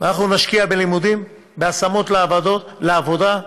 ואנחנו נשקיע בלימודים ובהשמות לעבודה,